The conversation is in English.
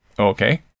Okay